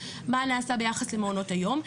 מה נעשה ביחס למעונות היום.